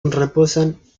reposan